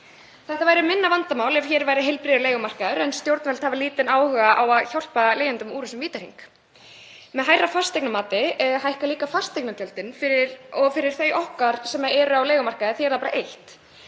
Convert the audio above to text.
Þetta væri minna vandamál ef hér væri heilbrigður leigumarkaður en stjórnvöld hafa lítinn áhuga á að hjálpa leigjendum út úr þessum vítahring. Með hærra fasteignamati hækka líka fasteignagjöldin og fyrir þau okkar sem eru á leigumarkaði þýðir það bara eitt: